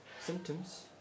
symptoms